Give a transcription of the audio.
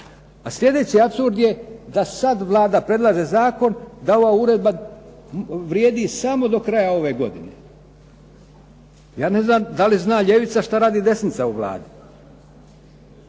A sljedeći apsurd je da sada Vlada predlaže zakon da ova uredba vrijedi samo do kraja ove godine. Ja ne znam da li zna ljevica što radi desnica u Vladi?